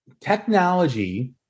technology